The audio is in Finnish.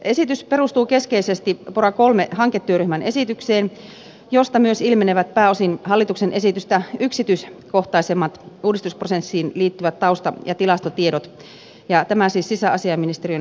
esitys perustuu keskeisesti pora iii hanketyöryhmän esitykseen josta myös ilmenevät pääosin hallituksen esitystä yksityiskohtaisemmat uudistusprosessiin liittyvät tausta ja tilastotiedot tämä siis sisäasiainministeriön julkaisuna